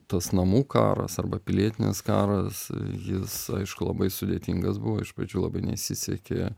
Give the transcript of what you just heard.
tas namų karas arba pilietinis karas jis aišku labai sudėtingas buvo iš pradžių labai nesisekė